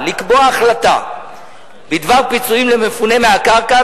לקבוע החלטה בדבר פיצויים למפונה מהקרקע.